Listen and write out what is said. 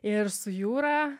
ir su jūra